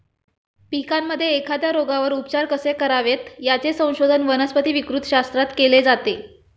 पिकांमध्ये एखाद्या रोगावर उपचार कसे करावेत, याचे संशोधन वनस्पती विकृतीशास्त्रात केले जाते